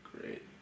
Great